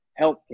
healthcare